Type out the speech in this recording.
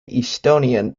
estonian